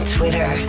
Twitter